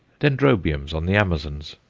dendrobiums on the amazons,